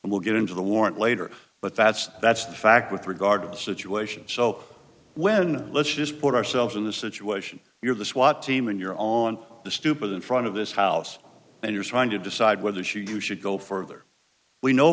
and we'll get into the warrant later but that's that's the fact with regard to the situation so when let's just put ourselves in the situation you're the swat team when you're on the stoop in front of his house when you're trying to decide whether she should go further we know